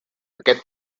aquest